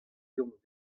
deomp